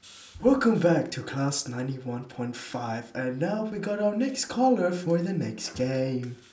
welcome back to class ninety one point five and now we got our next caller for the next game